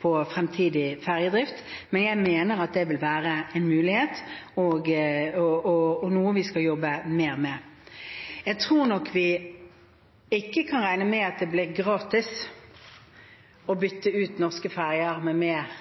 på fremtidig ferjedrift. Men jeg mener at det vil være en mulighet og noe vi skal jobbe mer med. Jeg tror nok vi ikke kan regne med at det blir gratis å bytte ut norske ferjer med